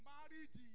Married